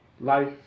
Life